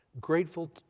grateful